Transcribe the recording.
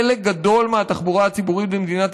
חלק גדול מהתחבורה הציבורית במדינת